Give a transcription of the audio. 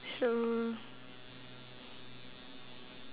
so